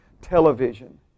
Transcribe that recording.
television